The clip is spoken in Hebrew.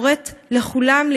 קוראת לכולם,